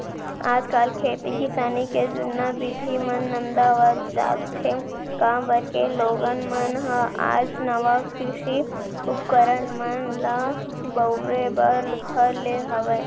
आज काल खेती किसानी के जुन्ना बिधि मन नंदावत जात हें, काबर के लोगन मन ह आज नवा कृषि उपकरन मन ल बउरे बर धर ले हवय